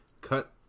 cut